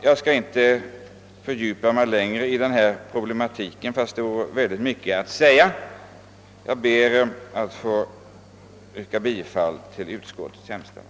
Jag skall inte fördjupa mig mera i denna problematik, fastän det naturligtvis vore mycket att säga ytterligare. Jag ber att få yrka bifall till utskottets hemställan.